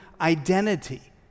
identity